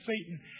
Satan